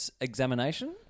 examination